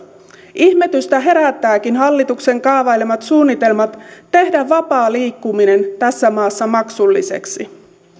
ihmetystä herättävätkin hallituksen kaavailemat suunnitelmat tehdä vapaa liikkuminen tässä maassa maksulliseksi